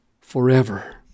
forever